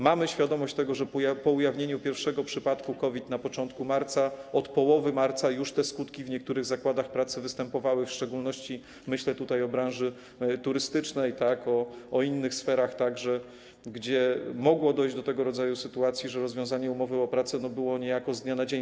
Mamy świadomość tego, że po ujawnieniu pierwszego przypadku COVID na początku marca, od połowy marca te skutki w niektórych zakładach pracy już występowały, w szczególności myślę o branży turystycznej, a także innych sferach, gdzie mogło dojść do tego rodzaju sytuacji, że rozwiązanie umowy o pracę odbyło niejako z dnia na dzień.